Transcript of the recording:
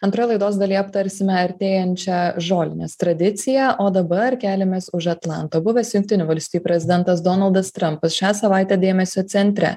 antroj laidos dalyje aptarsime artėjančią žolinės tradiciją o dabar keliamės už atlanto buvęs jungtinių valstijų prezidentas donaldas trampas šią savaitę dėmesio centre